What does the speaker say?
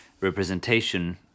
representation